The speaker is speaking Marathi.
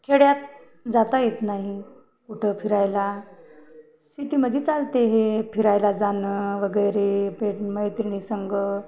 खेड्यात जाता येत नाही कुठं फिरायला सिटीमध्ये चालते हे फिरायला जाणं वगैरे पे मैत्रिणी संग